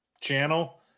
channel